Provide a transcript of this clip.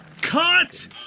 Cut